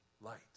light